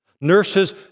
Nurses